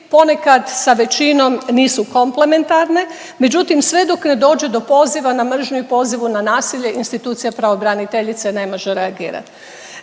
ponekad sa većinom nisu komplementarne, međutim sve dok ne dođe do poziva na mržnju i pozivu na nasilje institucija pravobraniteljice ne može reagirati.